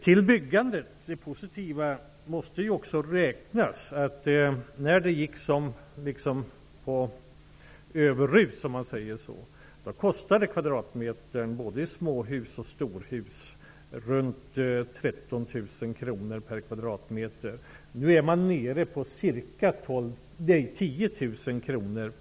Till det positiva när det gäller byggandet måste också räknas att kvadratmeterkostnaden, som under den överexpansiva perioden både i småhus och i stora hus uppgick till omkring 13 000 kr, nu är nere på ca 10 000 kr.